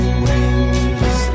wings